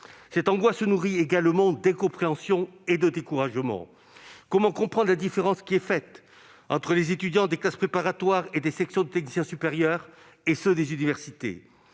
Cette angoisse se nourrit également d'incompréhensions et de découragement. Comment comprendre la différence qui est faite entre les étudiants des classes préparatoires aux grandes écoles et des sections de technicien supérieur d'un lycée,